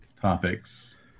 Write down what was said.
topics